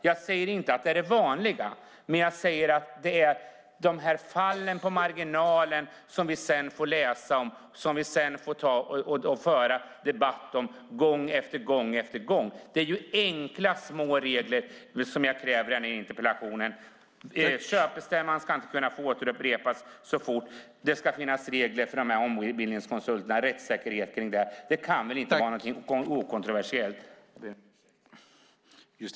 Jag säger inte att det är det vanliga, men jag säger att det är de här fallen på marginalen som vi sedan får läsa om och föra debatt om gång efter gång. Det är ju enkla små regler jag kräver i den här interpellationen: Köpstämman ska inte få återupprepas så fort. Det ska finnas regler för ombildningskonsulterna och rättssäkerhet kring det. Det kan väl inte vara något kontroversiellt.